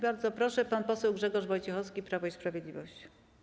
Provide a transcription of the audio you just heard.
Bardzo proszę, pan poseł Grzegorz Wojciechowski, Prawo i Sprawiedliwość.